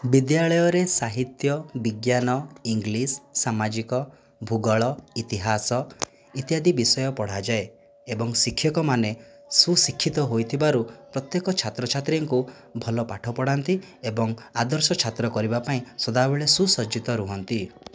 ବିଦ୍ୟାଳୟରେ ସାହିତ୍ୟ ବିଜ୍ଞାନ ଇଂଲିଶ୍ ସାମାଜିକ ଭୂଗୋଳ ଇତିହାସ ଇତ୍ୟାଦି ବିଷୟ ପଢ଼ାଯାଏ ଏବଂ ଶିକ୍ଷକମାନେ ସୁଶିକ୍ଷିତ ହୋଇଥିବାରୁ ପ୍ରତ୍ୟେକ ଛାତ୍ରଛାତ୍ରୀଙ୍କୁ ଭଲ ପାଠ ପଢ଼ାନ୍ତି ଏବଂ ଆଦର୍ଶ ଛାତ୍ର କରିବା ପାଇଁ ସବୁବେଳେ ସୁସଜ୍ଜିତ ରୁହନ୍ତି